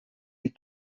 les